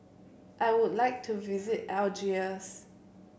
I would like to visit Algiers